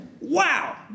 Wow